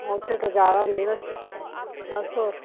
ਉੱਥੇ ਤਾਂ ਜ਼ਿਆਦਾ ਹੁੰਦੀ ਬਸ ਹੋਰ